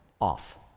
off